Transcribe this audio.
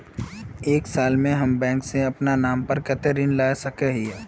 एक साल में हम बैंक से अपना नाम पर कते ऋण ला सके हिय?